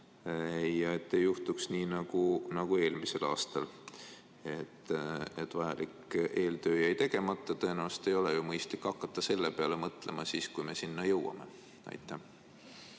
et ei juhtuks nii nagu eelmisel aastal, et vajalik eeltöö jäi tegemata? Tõenäoliselt ei ole mõistlik hakata selle peale mõtlema siis, kui me sinna jõuame. Aitäh!